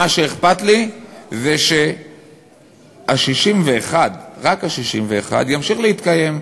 מה שאכפת לי זה שה-61, רק ה-61, ימשיך להתקיים.